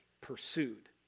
pursued